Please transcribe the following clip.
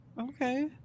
Okay